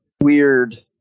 weird